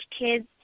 kids